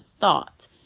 thought